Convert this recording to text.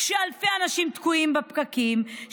כשאלפי אנשים תקועים בפקקים,